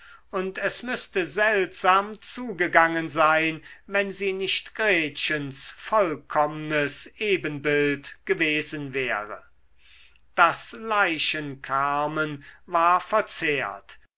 und es müßte seltsam zugegangen sein wenn sie nicht gretchens vollkommnes ebenbild gewesen wäre das leichenkarmen war verzehrt